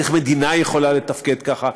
איך מדינה יכולה לתפקד ככה?